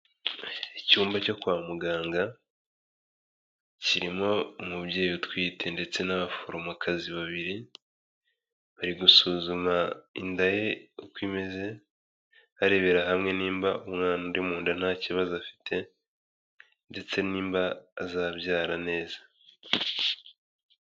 Icyumba cyo kwa muganga kirimo umubyeyi utwite ndetse n'abaforomokazi babiri, bari gusuzuma inda ye uko imeze, barebera hamwe nimba umwana uri mu nda nta kibazo afite ndetse nimba azabyara neza.